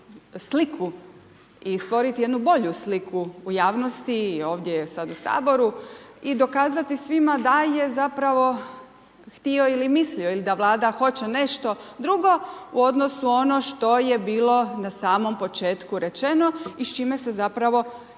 sliku i stvoriti jednu bolju sliku u javnosti i ovdje sada u Saboru i dokazati sada svima da je zapravo htio ili mislio ili da Vlada hoće nešto drugo u odnosu na ono što je bilo na samom početku rečeno i s čime se zapravo